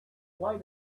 why